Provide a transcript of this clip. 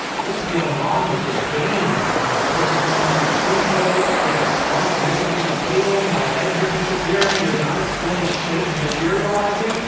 what's going on with this game? my foot is going through the food bowl. there's a slice missing from the table. my legs are disappearing. there's an unexplained shape materialising.